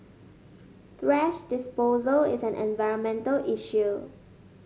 thrash disposal is an environmental issue